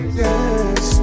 yes